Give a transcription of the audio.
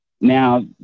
Now